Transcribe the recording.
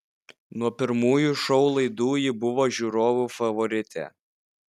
nuo pirmųjų šou laidų ji buvo žiūrovų favoritė